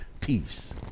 Peace